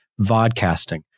vodcasting